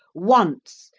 once,